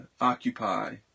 occupy